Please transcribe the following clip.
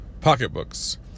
pocketbooks